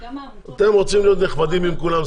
שגם העמותות --- אתם רוצים להיות נחמדים עם כולם,